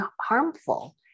harmful